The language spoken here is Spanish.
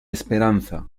esperanza